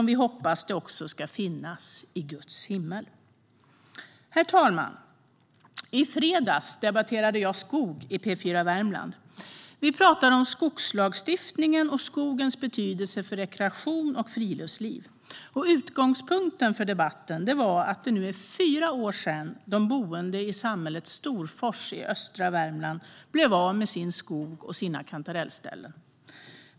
Vi hoppas att den också ska finnas i Guds himmel. Herr talman! I fredags debatterade jag skog i P4 Värmland. Vi pratade om skogslagstiftningen och skogens betydelse för rekreation och friluftsliv. Utgångspunkten för debatten var att det nu är fyra år sedan de boende i samhället Storfors i östra Värmland blev av med sin skog och sina kantarellställen.